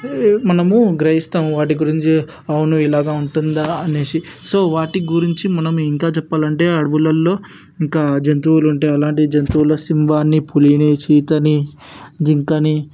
మనము గ్రహిస్తాము వాటి గురించి అవును ఇలాగా ఉంటుందా అనేసి సో వాటి గురించి మనము ఇంకా చెప్పాలంటే అడవులల్లో ఇంకా జంతువులుంటాయి అలాంటి జంతువులు సింహాన్ని పులిని చిరుతని జింకని